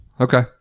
Okay